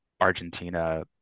argentina